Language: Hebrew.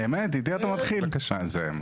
באמת איתי אתה מתחיל זה מרגש,